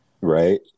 Right